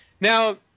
Now